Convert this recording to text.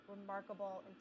remarkable